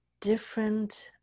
different